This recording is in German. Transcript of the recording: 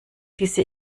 diese